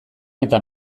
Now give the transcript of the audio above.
eta